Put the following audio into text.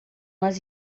nós